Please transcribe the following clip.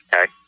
Okay